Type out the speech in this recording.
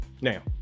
Now